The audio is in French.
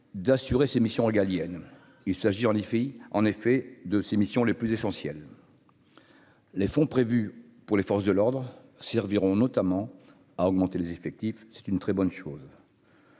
d'assurer ses missions régaliennes, il s'agit, en effet, en effet, de ses missions les plus essentielles, les fonds prévus pour les forces de l'ordre serviront notamment à augmenter les effectifs, c'est une très bonne chose.